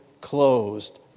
closed